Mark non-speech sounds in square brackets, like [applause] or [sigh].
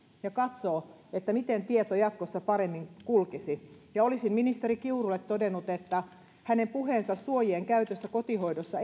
ja katsoo miten tieto jatkossa paremmin kulkisi olisin ministeri kiurulle todennut että hänen puheensa suojien käytöstä kotihoidossa [unintelligible]